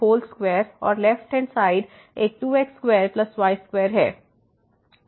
whole square और left hand side एक 2x2y2 है